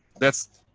that's